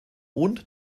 und